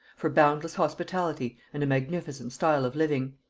for boundless hospitality and a magnificent style of living.